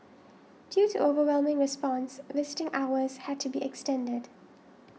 due to overwhelming response visiting hours had to be extended